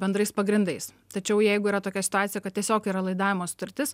bendrais pagrindais tačiau jeigu yra tokia situacija kad tiesiog yra laidavimo sutartis